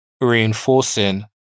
reinforcing